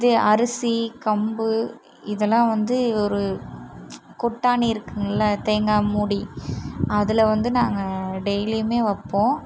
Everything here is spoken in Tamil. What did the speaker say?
இது அரிசி கம்பு இதெலாம் வந்து ஒரு கொட்டானி இருக்கும்ல தேங்காய் மூடி அதில் வந்து நாங்கள் டெய்லியுமே வைப்போம்